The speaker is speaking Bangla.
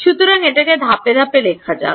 সুতরাং এটাকে ধাপে ধাপে লেখা যাক